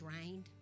drained